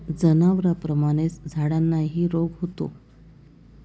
जनावरांप्रमाणेच झाडांनाही रोग होतो